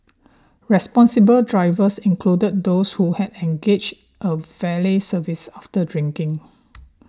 responsible drivers included those who had engaged a valet service after drinking